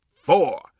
four